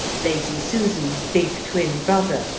lazy susan's big twin brother,